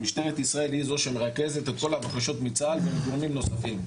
משטרת ישראל היא זו שמרכזת את כל הבקשות מצה"ל ומגורמים נוספים.